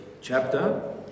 chapter